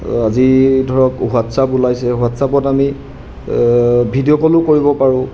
আজি ধৰক হোৱাটছআপ ওলাইছে হোৱাটছআপত আমি ভিডিঅ' কলো কৰিব পাৰোঁ